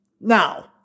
Now